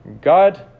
God